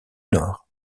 nord